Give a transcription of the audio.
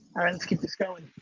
all right let's keep this going.